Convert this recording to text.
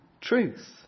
truth